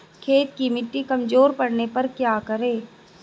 खेत की मिटी कमजोर पड़ने पर क्या करें?